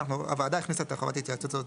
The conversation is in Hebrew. הוועדה הכניסה את חובת ההיוועצות הזאת.